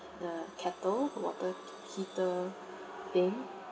the kettle water heater thing